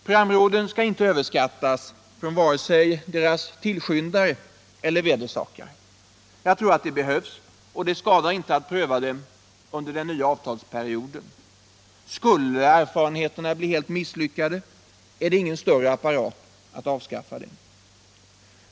Programråden skall inte överskattas vare sig av sina tillskyndare eller sina vedersakare. Jag tror att de behövs, och det skadar inte att pröva dem under den nya avtalsperioden. Skulle erfarenheterna bli helt misslyckade är det ingen större apparat att avskaffa dem.